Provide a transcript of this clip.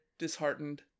disheartened